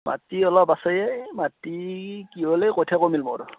মাটি অলপ আছে এই মাটি কি হ'ল এই কঠিয়া কমিল মোৰ